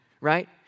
right